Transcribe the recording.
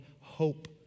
hope